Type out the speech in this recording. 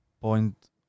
point